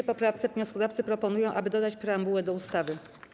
W 1. poprawce wnioskodawcy proponują, aby dodać preambułę do ustawy.